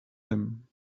him